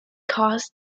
cause